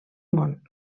món